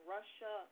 Russia